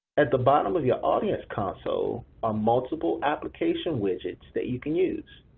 at the bottom of your audience console are multiple application widgets that you can use.